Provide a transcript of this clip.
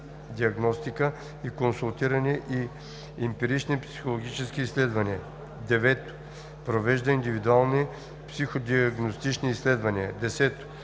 диагностика и консултиране и емпирични психологични изследвания; 9. провежда индивидуални психодиагностични изследвания; 10.